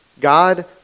God